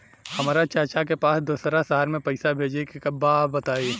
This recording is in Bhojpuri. हमरा चाचा के पास दोसरा शहर में पईसा भेजे के बा बताई?